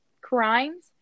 crimes